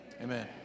Amen